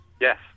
Yes